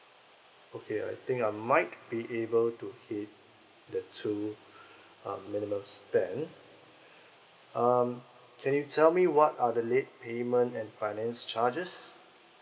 okay I think I might be able to hit the two uh minimum spend um can you tell me what are the late payment and finance charges